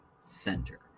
Center